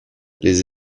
les